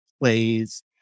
plays